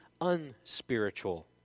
unspiritual